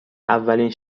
اولین